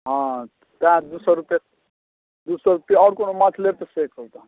हँ तेँ दुइ सओ रुपैए दुइ सओ रुपैए आओर कोनो माछ लेब तऽ से कहू तहन